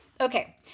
Okay